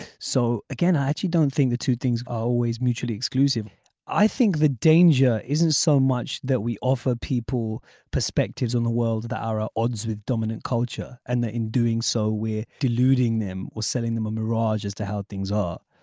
so again i actually don't think the two things are always mutually exclusive i think the danger isn't so much that we offer people perspectives on the world that are are odds with dominant culture and that in doing so we're deluding them or selling them a mirage as to how things are.